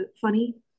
funny